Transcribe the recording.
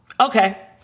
okay